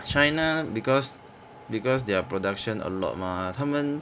china because because their production a lot mah 他们